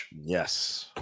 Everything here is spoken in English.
Yes